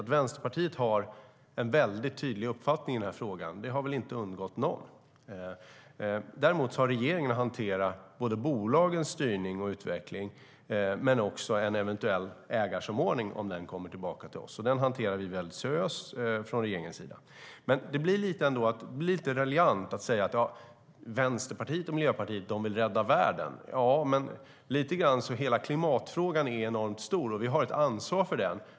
Att Vänsterpartiet har en väldigt tydlig uppfattning i den här frågan har väl inte undgått någon. Regeringen har att hantera både bolagens styrning och utveckling och också en eventuell ägarsamordning, om den kommer tillbaka till oss. Den hanterar vi väldigt seriöst från regeringens sida. Det är lite raljant att säga: Vänsterpartiet och Miljöpartiet vill rädda världen! Hela klimatfrågan är faktiskt enormt stor, och vi har ett ansvar för den.